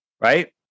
right